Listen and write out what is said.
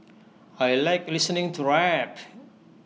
I Like listening to rap